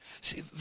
See